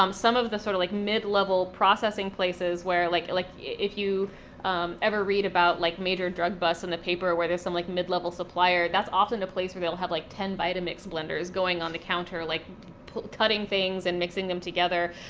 um some of the sort of like mid-level processing places where, like like if you ever read about like major drug busts in the paper, or where there's some like a mid-level supplier, that's often a place where they'll have like ten vitamix blenders going on the counter, like cutting things and mixing them together.